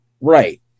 right